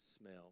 smell